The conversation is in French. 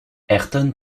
ayrton